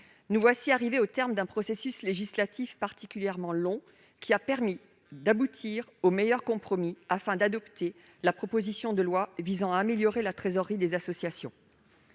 nous voici arrivés au terme d'un processus législatif particulièrement long, qui a permis d'aboutir au meilleur compromis, afin d'adopter la proposition de loi visant à améliorer la trésorerie des associations.